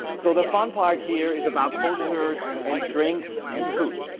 so the fun part here is about posters and drinks and food.